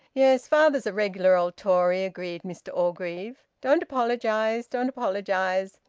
yes, father's a regular old tory, agreed mr orgreave. don't apologise! don't apologise!